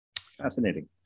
Fascinating